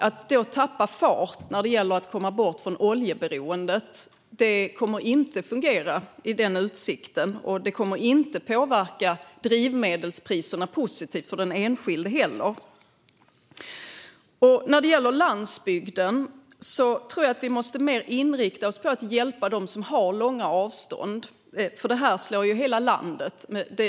Att tappa fart när det gäller att komma bort från oljeberoendet kommer inte att fungera med den utsikten. Det kommer heller inte att påverka drivmedelspriserna positivt för den enskilde. När det gäller landsbygden tror jag att vi måste inrikta oss mer på att hjälpa dem som har långa avstånd, för det här slår ju mot hela landet.